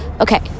Okay